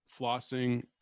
flossing